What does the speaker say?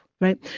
right